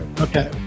Okay